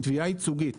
תביעה ייצוגית